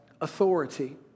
authority